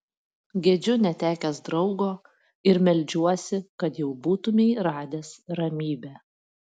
gedžiu netekęs draugo ir meldžiuosi kad jau būtumei radęs ramybę